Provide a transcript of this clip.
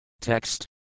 Text